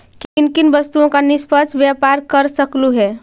किन किन वस्तुओं का निष्पक्ष व्यापार कर सकलू हे